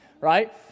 right